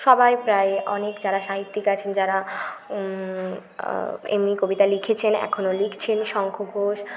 সবাই প্রায় অনেক যারা সাহিত্যিক আছেন যারা এমনি কবিতা লিখেছেন এখনও লিখছেন শঙ্খ ঘোষ